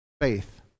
faith